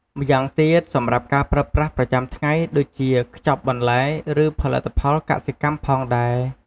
ម្យ៉ាងទៀតសម្រាប់ការប្រើប្រាស់ប្រចាំថ្ងៃ ដូចជា ខ្ចប់បន្លែ ឬផលិតផលកសិកម្មផងដែរ។